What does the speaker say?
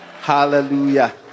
Hallelujah